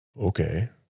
okay